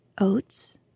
Oats